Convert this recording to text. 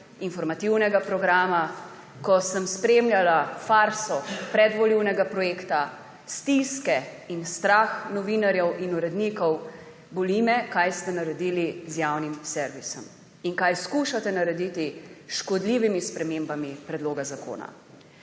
informativnega programa, ko sem spremljala farso predvolilnega projekta, stiske in strah novinarjev in urednikov. Boli me kaj ste naredili z javnim servisom in kaj skušate narediti s škodljivimi spremembami predloga zakona.